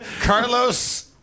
Carlos